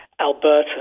Alberta